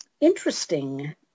Interesting